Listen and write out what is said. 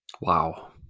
Wow